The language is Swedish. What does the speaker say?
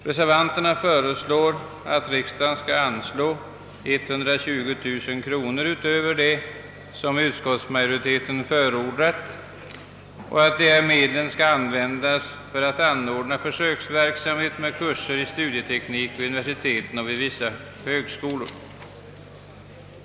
Reservanterna föreslår att riksdagen skall anvisa 120 000 kronor utöver vad utskottsmajoriteten har förordat och att de medlen skall användas för att anordna försöksverksamhet i studieteknik vid universiteten och vid vissa högskolor.